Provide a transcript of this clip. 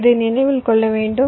இது நினைவில் கொள்ள வேண்டும்